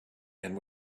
and